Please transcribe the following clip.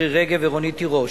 מירי רגב ורונית תירוש.